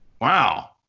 wow